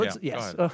Yes